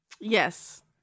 Yes